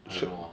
I don't know ah